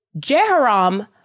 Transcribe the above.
Jehoram